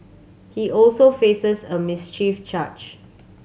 he also faces a mischief charge